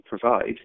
provide